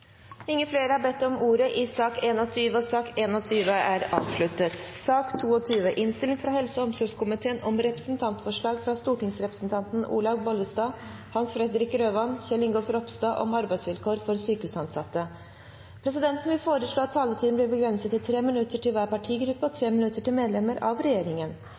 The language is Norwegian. Ingen har bedt om ordet til sak nr. 15. Etter ønske fra helse- og omsorgskomiteen vil presidenten foreslå at taletiden blir begrenset til 3 minutter til hver partigruppe og 3 minutter til medlemmer av regjeringen.